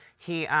he, um,